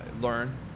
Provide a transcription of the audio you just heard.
learn